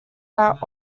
out